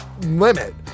limit